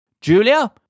Julia